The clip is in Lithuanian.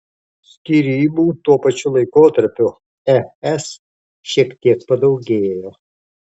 skyrybų tuo pačiu laikotarpiu es šiek tiek padaugėjo